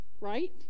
right